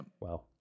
Wow